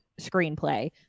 screenplay